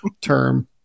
term